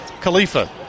Khalifa